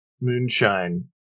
moonshine